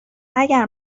اگر